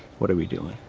what are we doing?